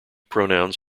pronouns